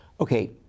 Okay